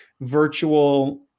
virtual